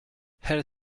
her